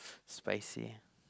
spicy